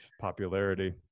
popularity